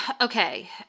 Okay